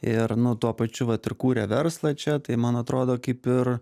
ir nu tuo pačiu vat ir kūrė verslą čia tai man atrodo kaip ir